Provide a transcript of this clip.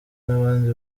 n’abandi